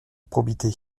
probité